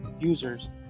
users